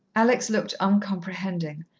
alex looked uncomprehending,